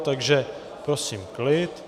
Takže prosím o klid.